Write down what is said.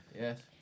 Yes